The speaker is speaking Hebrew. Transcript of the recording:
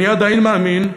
אני עדיין מאמין.